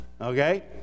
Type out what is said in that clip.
Okay